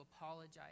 apologize